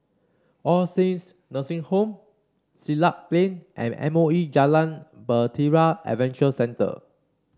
All Saints Nursing Home Siglap Plain and M O E Jalan Bahtera Adventure Centre